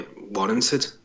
warranted